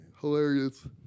Hilarious